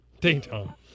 Ding-dong